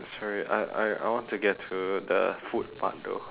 sorry I I I want to get to the food part though